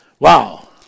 Wow